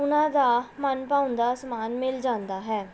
ਉਹਨਾਂ ਦਾ ਮਨ ਭਾਉਂਦਾ ਸਮਾਨ ਮਿਲ ਜਾਂਦਾ ਹੈ